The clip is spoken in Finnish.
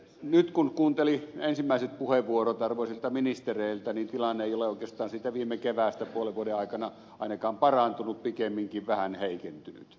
nyt kun kuunteli ensimmäiset puheenvuorot arvoisilta ministereiltä niin tilanne ei ole oikeastaan siitä viime keväästä puolen vuoden aikana ainakaan parantunut pikemminkin vähän heikentynyt